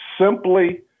simply